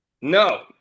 No